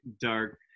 dark